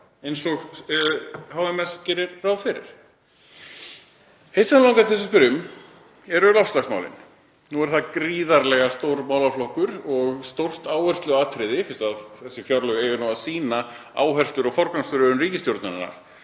eins og HMS gerir ráð fyrir? Hitt sem mig langar til að spyrja um eru loftslagsmálin. Nú er það gríðarlega stór málaflokkur og stórt áhersluatriði fyrst þessi fjárlög eiga að sýna áherslur og forgangsröðun ríkisstjórnarinnar.